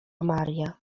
maria